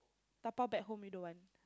dabao back home you don't want